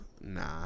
nah